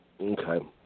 Okay